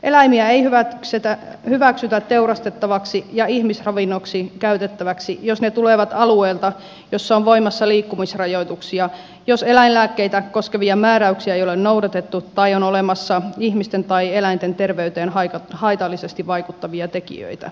eläimiä ei hyväksytä teurastettavaksi ja ihmisravinnoksi käytettäväksi jos ne tulevat alueelta jossa on voimassa liikkumisrajoituksia jos eläinlääkkeitä koskevia määräyksiä ei ole noudatettu tai on olemassa ihmisten tai eläinten terveyteen haitallisesti vaikuttavia tekijöitä